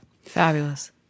Fabulous